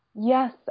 Yes